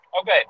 Okay